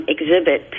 Exhibit